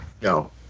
No